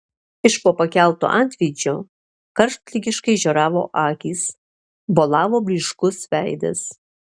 iš po pakelto antveidžio karštligiškai žioravo akys bolavo blyškus veidas